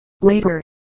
later